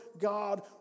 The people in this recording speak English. God